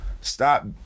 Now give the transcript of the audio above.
Stop